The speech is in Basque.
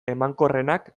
emankorrenak